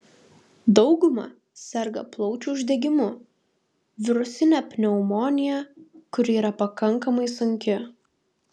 dauguma serga plaučių uždegimu virusine pneumonija kuri yra pakankamai sunki